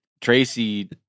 Tracy